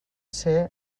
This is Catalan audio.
ser